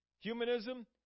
Humanism